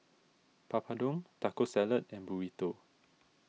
Papadum Taco Salad and Burrito